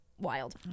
wild